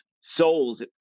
souls